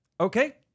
Okay